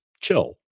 chill